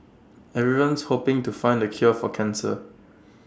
everyone's hoping to find the cure for cancer